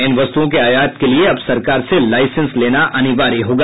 इन वस्तुओं के आयात के लिए अब सरकार से लाइसेंस लेना अनिवार्य होगा